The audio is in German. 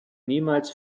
niemals